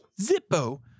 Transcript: Zippo